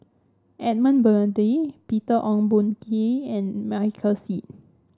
Edmund Blundell Peter Ong Boon Kwee and Michael Seet